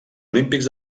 olímpics